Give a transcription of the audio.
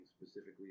specifically